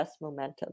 momentum